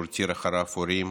שהותיר אחריו הורים